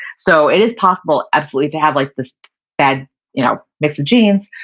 so it is possible absolutely to have like this bad you know mix of genes,